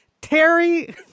Terry